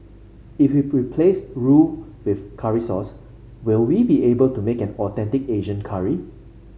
if we replace roux with curry sauce will we be able to make an authentic Asian curry